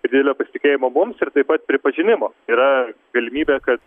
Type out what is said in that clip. didelio pasitikėjimo mums ir taip pat pripažinimo yra galimybė kad